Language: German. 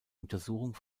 untersuchung